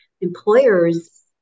employers